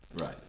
Right